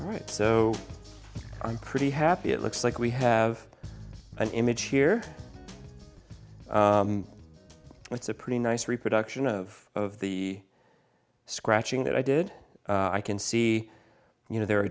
right so i'm pretty happy it looks like we have an image here it's a pretty nice reproduction of of the scratching that i did i can see you know there are